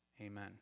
amen